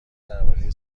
درباره